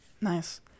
Nice